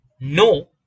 no